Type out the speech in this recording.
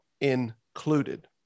included